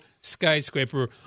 skyscraper